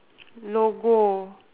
logo